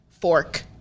fork